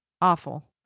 awful